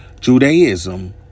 Judaism